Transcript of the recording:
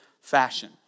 fashion